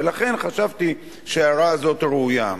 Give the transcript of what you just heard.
ולכן, חשבתי שההערה הזאת ראויה.